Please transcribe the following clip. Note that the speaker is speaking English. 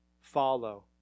follow